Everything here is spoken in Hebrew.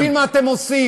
אתה לא מבין מה אתם עושים,